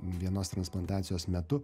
vienos transplantacijos metu